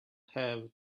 have